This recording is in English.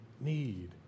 need